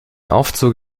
aufzug